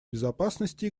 безопасности